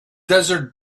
desert